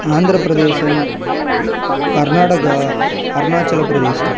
Andhra Pradesh Karnataka Arunachal Pradesh